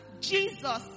Jesus